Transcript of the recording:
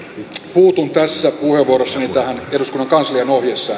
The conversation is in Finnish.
puutun tässä puheenvuorossani eduskunnan kanslian ohjesääntöön